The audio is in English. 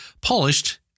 polished